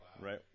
right